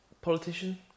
Politician